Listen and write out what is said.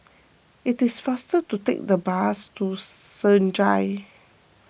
it is faster to take the bus to Senja